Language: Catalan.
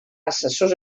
assessors